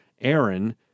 Aaron